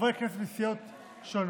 חברי כנסת מסיעות שונות,